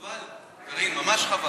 חבל, קארין, ממש חבל.